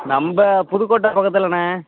நம்ம புதுக்கோட்டை பக்கத்தில்ண்ண